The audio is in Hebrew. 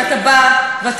אבל אתה בא והורס,